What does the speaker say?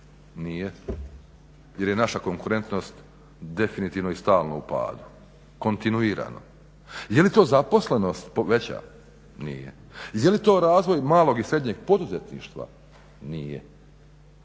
nije? Jer je naša konkurentnost definitivno i stalno u padu, kontinuirano. Je li to zaposlenost veća, nije? Je li to razvoj malog i srednjeg poduzetništva? Nije.